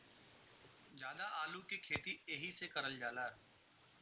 जादा आलू के खेती एहि से करल जाला